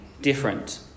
different